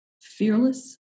fearless